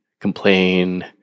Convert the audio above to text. complain